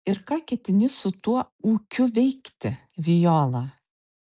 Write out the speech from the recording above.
ir ką ketini su tuo ūkiu veikti viola